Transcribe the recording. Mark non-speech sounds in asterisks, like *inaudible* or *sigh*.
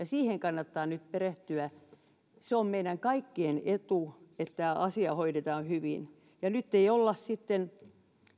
*unintelligible* siihen kannattaa nyt perehtyä on meidän kaikkien etu että tämä asia hoidetaan hyvin ja ei olla nyt sitten